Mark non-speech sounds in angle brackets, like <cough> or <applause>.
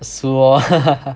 输 lor <laughs>